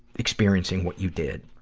experiencing what you did.